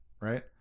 right